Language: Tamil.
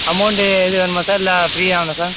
அமௌண்டு ஏதுவும் வேணுமா சார் இல்லை ஃப்ரீயாக உண்டா சார்